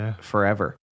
forever